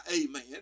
amen